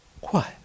quiet